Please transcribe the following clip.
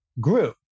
grew